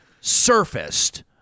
surfaced